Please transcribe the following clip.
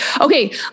Okay